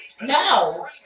No